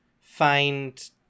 find